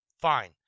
Fine